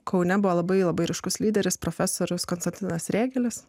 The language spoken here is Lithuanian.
kaune buvo labai labai ryškus lyderis profesorius konstantinas